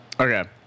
Okay